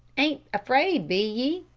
ain't afraid, be ye?